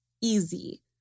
Easy